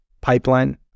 pipeline